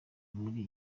muri